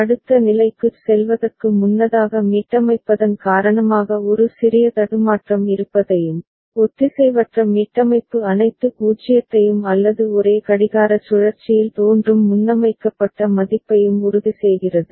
அடுத்த நிலைக்குச் செல்வதற்கு முன்னதாக மீட்டமைப்பதன் காரணமாக ஒரு சிறிய தடுமாற்றம் இருப்பதையும் ஒத்திசைவற்ற மீட்டமைப்பு அனைத்து பூஜ்ஜியத்தையும் அல்லது ஒரே கடிகார சுழற்சியில் தோன்றும் முன்னமைக்கப்பட்ட மதிப்பையும் உறுதிசெய்கிறது